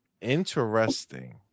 Interesting